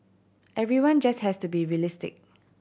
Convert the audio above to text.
everyone just has to be realistic